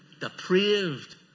Depraved